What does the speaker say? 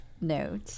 note